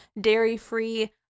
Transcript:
dairy-free